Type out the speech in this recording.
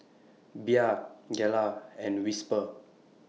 Bia Gelare and Whisper